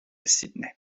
sydney